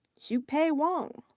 shupei wang,